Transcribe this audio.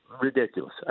ridiculous